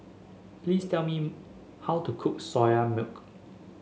please tell me how to cook Soya Milk